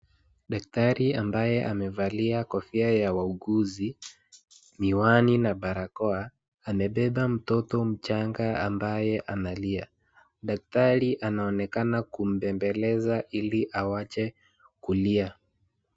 Daktari ambaye amevalia kofia ya wauguzi, miwani na barakoa amebeba mtoto mchanga ambaye analia. Daktari anaonekana kumbembeleza ili awache kulia.